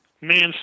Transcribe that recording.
man